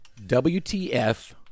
wtf